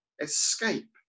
escape